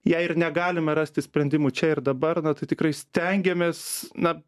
jei ir negalime rasti sprendimų čia ir dabar na tai tikrai stengiamės na